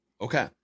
okay